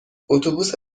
اتوبوس